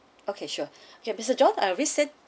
okay sure okay mister john I already sent